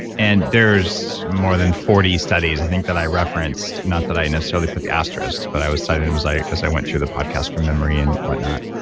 and there's more than forty studies. i think that i referenced, not that i necessarily put the asterisks, but i was citing it was i as i went through the podcast from memory and whatnot,